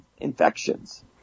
infections